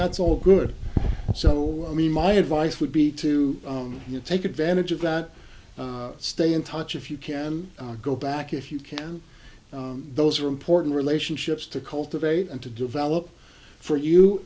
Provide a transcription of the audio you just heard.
that's all good and so i mean my advice would be to take advantage of that stay in touch if you can go back if you can those are important relationships to cultivate and to develop for you